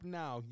now